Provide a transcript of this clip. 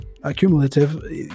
cumulative